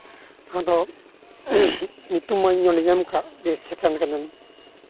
ᱟᱫᱚ ᱧᱩᱛᱩᱢ ᱢᱟ ᱚᱸᱰᱮᱧ ᱮᱢ ᱠᱟᱜ ᱡᱮ ᱥᱮᱠᱮᱱᱰ ᱠᱟᱹᱱᱟᱹᱧ